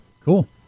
Cool